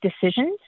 decisions